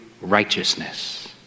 righteousness